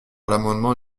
l’amendement